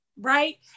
right